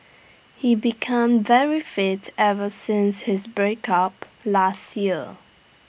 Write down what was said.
he become very fit ever since his breakup last year